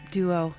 Duo